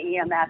EMS